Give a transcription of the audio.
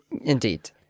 Indeed